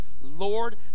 Lord